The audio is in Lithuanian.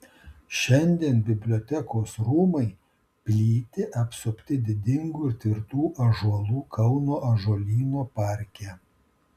šiandien bibliotekos rūmai plyti apsupti didingų ir tvirtų ąžuolų kauno ąžuolyno parke